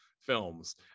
films